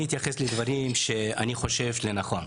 אני אתייחס לדברים שאני חושב לנכון.